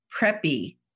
preppy